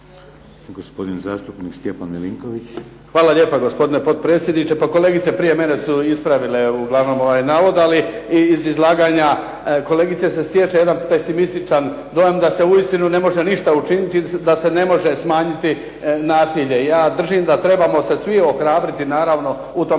Hvala lijepa gospodine potpredsjedniče. Pa kolegice prije mene su ispravile uglavnom ovaj navod, ali i iz izlaganja kolegice se stječe jedan pesimističan dojam da se uistinu ne može ništa učiniti i da se ne može smanjiti nasilje. Ja držim da trebamo se svi ohrabriti naravno u tom